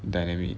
dynamic